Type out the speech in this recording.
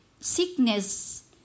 sickness